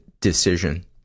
decision